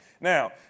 Now